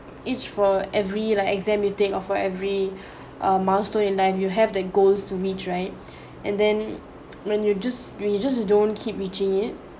each for every like exam you take off for every uh milestone in life you have that goals to meet right and then when you just you just don't keep reaching it